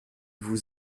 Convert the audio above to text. vous